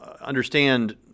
understand